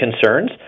Concerns